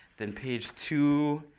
then page two,